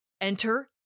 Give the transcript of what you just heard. Enter